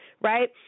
right